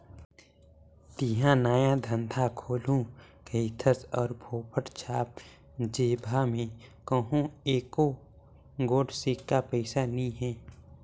तेंहा नया धंधा खोलहू कहिथस अउ फोकट छाप जेबहा में कहों एको गोट सिक्का पइसा नी हे